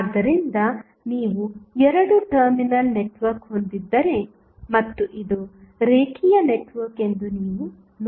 ಆದ್ದರಿಂದ ನೀವು 2 terminal network ಹೊಂದಿದ್ದರೆ ಮತ್ತು ಇದು ರೇಖೀಯ ನೆಟ್ವರ್ಕ್ ಎಂದು ನೀವು ನೋಡುತ್ತೀರಿ